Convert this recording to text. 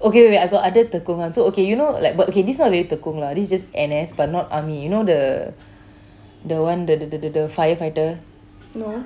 okay wait wait wait I got other tekong one okay you know like wha~ this not really tekong lah this is just N_S but not army you know the the one the the the the firefighter